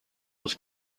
was